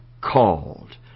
called